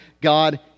God